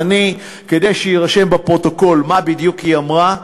אז אני, כדי שיירשם בפרוטוקול מה בדיוק היא אמרה,